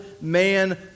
man